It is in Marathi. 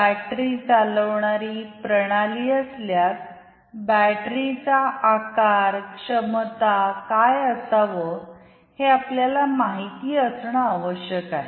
बॅटरी चालविणारी प्रणाली असल्यास बॅटरीचा आकारक्षमता काय असाव हे आपल्याला माहिती असणे आवश्यक आहे